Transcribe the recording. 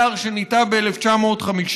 יער שניטע ב-1950.